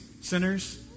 sinners